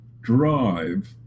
drive